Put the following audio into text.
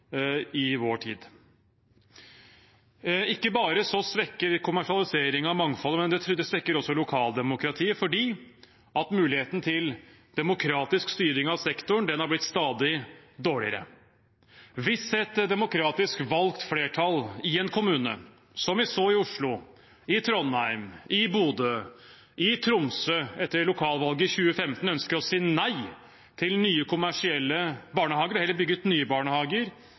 i vår tid. Kommersialiseringen svekker ikke bare mangfoldet, men den svekker også lokaldemokratiet fordi muligheten til demokratisk styring av sektoren har blitt stadig dårligere. Hvis et demokratisk valgt flertall i en kommune – som vi så i Oslo, Trondheim, Bodø og Tromsø etter lokalvalget i 2015 – ønsker å si nei til nye kommersielle barnehager og heller vil bygge ut nye barnehager